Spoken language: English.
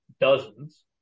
dozens